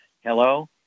Hello